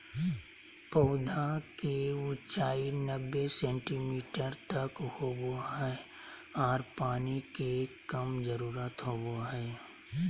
पौधा के ऊंचाई नब्बे सेंटीमीटर तक होबो हइ आर पानी के कम जरूरत होबो हइ